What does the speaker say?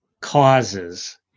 causes